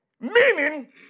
Meaning